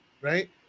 right